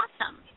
awesome